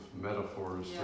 metaphors